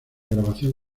grabación